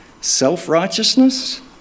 Self-righteousness